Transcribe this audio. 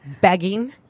begging